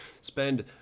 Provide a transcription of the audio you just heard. spend